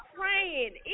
praying